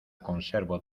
conservo